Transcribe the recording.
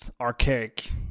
archaic